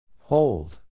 hold